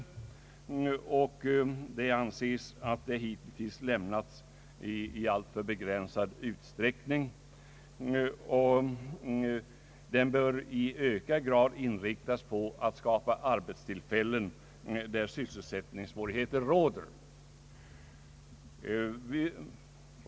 Det anses att tillstånd att använda sådana medel i lokaliseringspolitiskt syfte hittills lämnats i alltför begränsad utsträckning och att ianspråktagande av investeringsfonderna i ökad grad bör »inriktas på att skapa arbetstillfällen i regioner där sysselsättningssvårigheter råder».